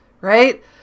right